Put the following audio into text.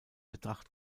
betracht